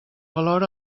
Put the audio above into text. valor